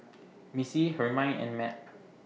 Missy Hermine and Mat